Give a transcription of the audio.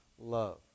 love